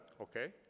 okay